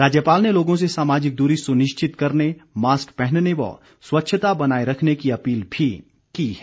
राज्यपाल ने लोगों से सामाजिक दूरी सुनिश्चित करने मास्क पहनने व स्वच्छता बनाए रखने की अपील भी की है